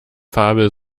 fabel